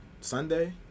Sunday